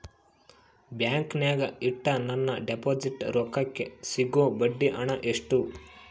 ಬ್ಯಾಂಕಿನಾಗ ಇಟ್ಟ ನನ್ನ ಡಿಪಾಸಿಟ್ ರೊಕ್ಕಕ್ಕೆ ಸಿಗೋ ಬಡ್ಡಿ ಹಣ ಎಷ್ಟು?